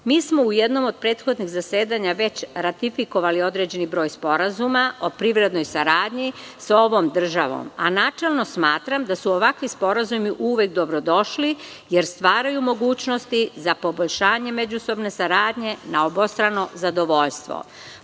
smo u jednom od prethodnih zasedanja već ratifikovali određeni broj sporazuma o privrednoj saradnji sa ovom državom a načelno smatram da su ovakvi sporazumi uvek dobrodošli jer stvaraju mogućnosti za poboljšanje međusobne saradnje na obostrano zadovoljstvo. Poštovani